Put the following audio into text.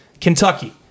Kentucky